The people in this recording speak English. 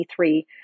2023